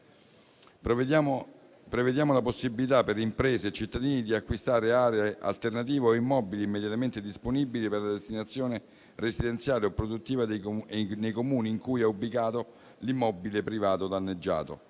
prevediamo la possibilità, per le imprese e i cittadini, di acquistare aree alternative o immobili immediatamente disponibili per la destinazione residenziale o produttiva nei Comuni in cui è ubicato l'immobile privato danneggiato.